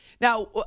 Now